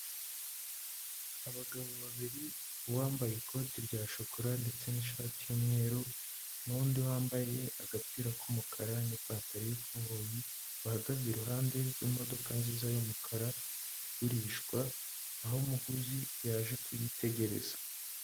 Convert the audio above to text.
Abagabo babiri uwambaye ikoti rya shokora ndetse n'ishati y'umweru n'undi wambaye agapira k'umukara n'ipantaro y'ikoboyi, bahagaze iruhande rw'imodoka nziza y'umukara igurishwa, aho umuguzi yaje kuyitegereza.